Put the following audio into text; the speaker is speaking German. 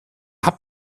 habt